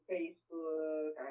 Facebook